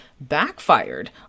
backfired